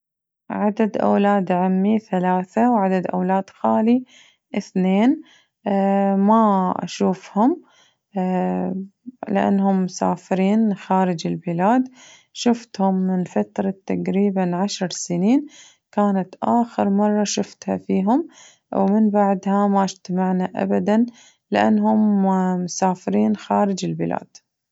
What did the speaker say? عدد أولاد عمي ثلاثة وعدد أولاد خالي اثنين ما أشوفهم لأنهم مسافرين خارج البلاد شفتهم من فترة تقريباً عشر سنين، كانت آخر مرة شفتها فيهم ومن بعدها ما اجتمعنا أبداً لأنهم مسافرين خارج البلاد.